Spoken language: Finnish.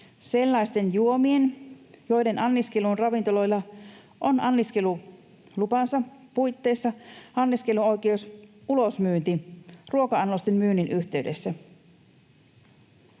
sellaisten juomien, joiden anniskeluun ravintolalla on anniskelulupansa puitteissa anniskeluoikeus, ulosmyynti ruoka-annosten myynnin yhteydessä.”